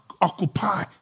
occupy